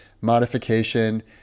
modification